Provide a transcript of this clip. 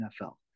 NFL